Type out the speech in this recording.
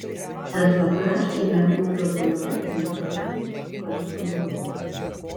tad paprašėme ūkio zootechniką kad parodytų